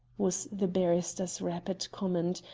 was the barrister's rapid comment,